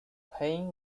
pain